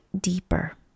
deeper